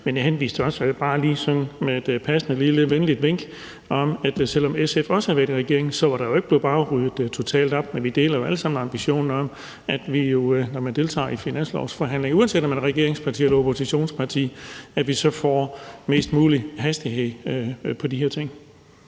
Men jeg henviste også sådan bare lige med et passende lille venligt vink til, at selv om SF også har været i regering, var der ikke bare blevet ryddet totalt op. Men vi deler jo alle sammen ambitionen om, at når man deltager i finanslovsforhandlinger, uanset om man er regeringsparti eller oppositionsparti, så prøver man at få mest mulig hastighed på de her ting.